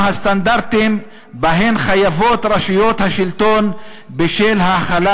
הסטנדרטים בהם חייבות רשויות השלטון בשל ההחלה